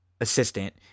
assistant